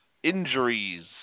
injuries